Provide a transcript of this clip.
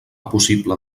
possible